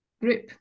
group